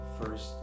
first